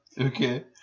okay